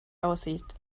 aussieht